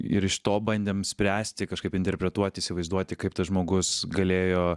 ir iš to bandėm spręsti kažkaip interpretuoti įsivaizduoti kaip tas žmogus galėjo